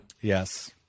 Yes